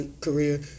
career